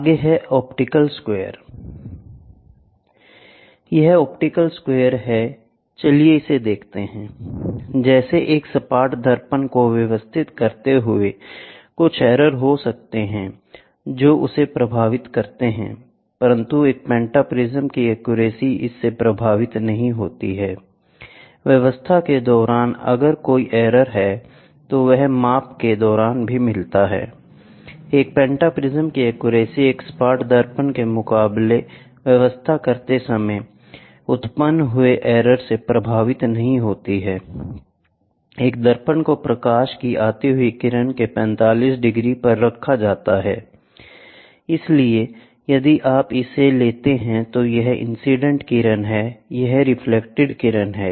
आगे है optical square I यह ऑप्टिकल स्क्वेयर है चलिए इसे देखते हैं I जैसे एक सपाट दर्पण को व्यवस्थित करते हुए कुछ एरर हो जाते हैं जो उसे प्रभावित करते हैं परंतु एक पेंटाप्रिज्म कि एक्यूरेसी इससे प्रभावित नहीं होती है I व्यवस्था के दौरान अगर कोई एरर है तो वह माप के दौरान भी मिलता है I एक पेंटाप्रिज्म की एक्यूरेसी एक सपाट दर्पण के मुकाबले व्यवस्था करते समय उत्पन्न हुए एरर से प्रभावित नहीं होती है I एक दर्पण को प्रकाश की आती हुई किरण के 45 डिग्री पर रखा जाता है I इसलिए यदि आप इसे लेते हैं तो यह इंसीडेंट किरण है यह रिफ्लेक्टेड किरण है